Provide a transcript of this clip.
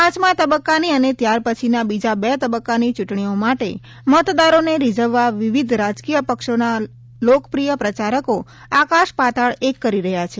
પાંચમાં તબકકાની અને ત્યાર પછીના બીજા બે તબકકાની ચૂંટણીઓ માટે મતદારોને રીજવવા વિવિધ રાજકીય પક્ષોના લોકપ્રિય પ્રચારકો આકાશ પાતાળ એક કરી રહયાં છે